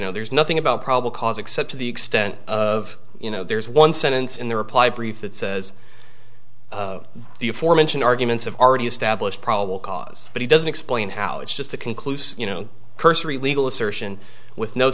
know there's nothing about probable cause except to the extent of you know there's one sentence in the reply brief that says the aforementioned arguments have already established probable cause but he doesn't explain how it's just a conclusive you know cursory legal assertion with no